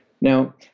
Now